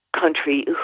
country